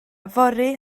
fory